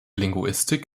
linguistik